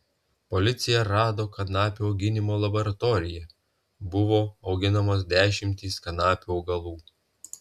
policija rado kanapių auginimo laboratoriją buvo auginamos dešimtys kanapių augalų